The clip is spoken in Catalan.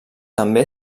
també